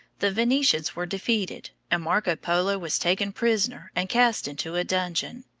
the venetians were defeated, and marco polo was taken prisoner and cast into a dungeon.